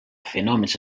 fenòmens